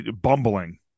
Bumbling